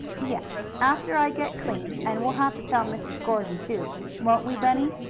yes, after i get clean. and we'll have to tell mrs. gordon, too won't we, bunny?